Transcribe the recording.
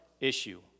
issue